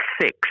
six